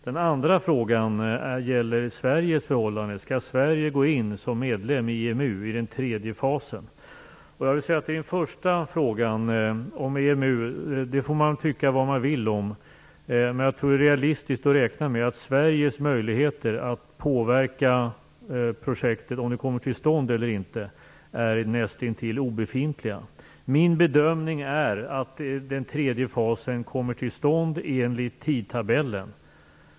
Den andra frågan gäller Sveriges förhållande, om Sverige skall gå in som medlem i EMU i den tredje fasen. I den första frågan får man tycka vad man vill. Men jag tror att det är realistiskt att räkna med att Sveriges möjligheter att påverka om projektet kommer till stånd eller inte är nästintill obefintliga. Min bedömning är att den tredje fasen kommer till stånd enligt tidtabellen.